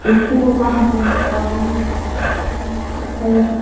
ꯆꯦꯡꯐꯨꯒ ꯀꯥꯡꯊꯣꯜꯒ ꯌꯥꯎꯒꯅꯤ ꯑꯌꯣꯞꯄ ꯃꯈꯜ ꯈꯔꯁꯨ